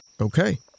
Okay